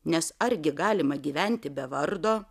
nes argi galima gyventi be vardo